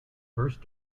first